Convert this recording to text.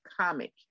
comic